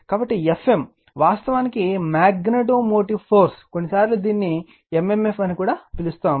కాబట్టి Fm వాస్తవానికి magnetomotive force కొన్నిసార్లు దీనిని m m f అని పిలుస్తారు